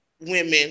women